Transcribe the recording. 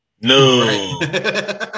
No